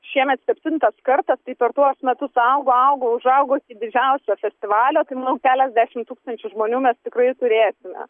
šiemet septintas kartas tai per tuos metus augo augo užaugo didžiausiausio festivalio tai manau keliasdešim tūkstančių žmonių mes tikrai turėsime